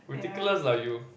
ridiculous lah you